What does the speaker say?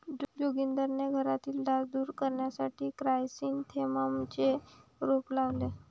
जोगिंदरने घरातील डास दूर करण्यासाठी क्रायसॅन्थेममचे रोप लावले